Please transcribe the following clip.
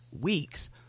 weeks